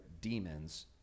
demons